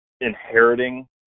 inheriting